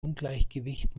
ungleichgewicht